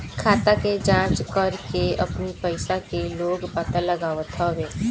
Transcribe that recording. खाता के जाँच करके अपनी पईसा के लोग पता लगावत हवे